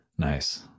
Nice